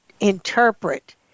interpret